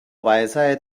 weisheit